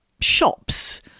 shops